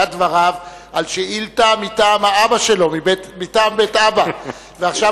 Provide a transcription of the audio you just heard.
אלא שההיגיון של ההתנחלויות וההיגיון שמאחורי התקציב